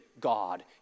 God